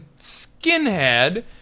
Skinhead